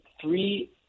three